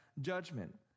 judgment